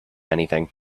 anything